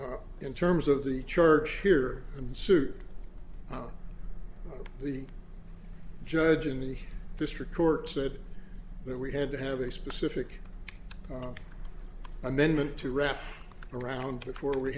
in terms of the church here and sued the judge in the district court said that we had to have a specific amendment to wrap around before we